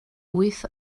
wyth